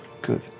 Good